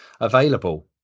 available